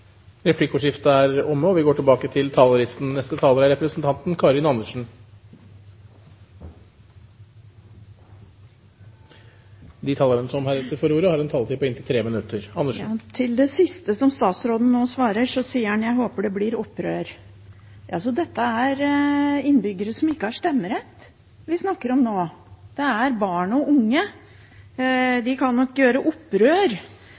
Replikkordskiftet er omme. De talere som heretter får ordet, har en taletid på inntil 3 minutter. Til det siste som statsråden nå svarer. Han sier: Jeg håper det blir opprør. Det er innbyggere som ikke har stemmerett, vi snakker om nå, det er barn og unge. De kan nok gjøre opprør,